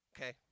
Okay